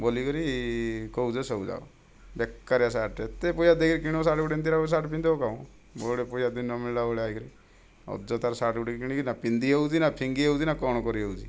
ବୋଲିକି କହୁଛ ସବୁ ଯାକ ବେକାରିଆ ସାର୍ଟ ଏତେ ପଇସା ଦେଇକି କିଣିବ ସାର୍ଟ ଗୋଟିଏ ଏମିତିଆ ସାର୍ଟ ପିନ୍ଧିହବ କ'ଣ ଗୁଡ଼ାଏ ପଇସା ଦିନ ମିଳିଲା ଭଳିଆ ହେଇକି ଅଯଥାରେ ସାର୍ଟ ଗୋଟିଏ କିଣିଲି ନା ପିନ୍ଧି ହେଉଛି ନା ଫିଙ୍ଗି ହେଉଛି ନା କ'ଣ କରି ହେଉଛି